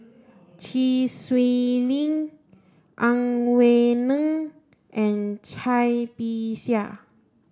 Chee Swee Lee Ang Wei Neng and Cai Bixia